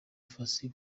fossey